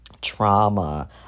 trauma